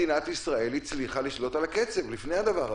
מדינת ישראל הצליחה לשלוט על הקצב לפני הדבר הזה.